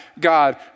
God